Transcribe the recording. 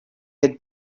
had